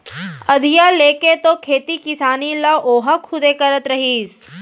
अधिया लेके तो खेती किसानी ल ओहा खुदे करत रहिस